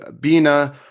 Bina